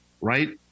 right